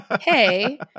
hey